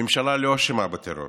הממשלה לא אשמה בטרור.